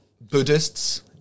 Buddhists